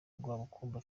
rwabukumba